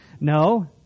No